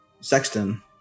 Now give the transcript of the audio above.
sexton